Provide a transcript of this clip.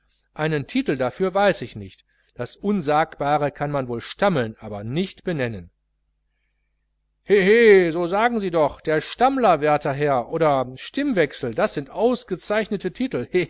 einen titel dafür weiß ich nicht das unsagbare kann man wohl stammeln aber nicht benennen hehe so sagen sie doch der stammler werter herr oder stimmwechsel das sind ausgezeichnete titel